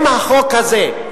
אם החוק הזה,